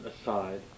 aside